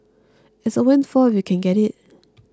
it's a windfall if you can get it